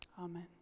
Amen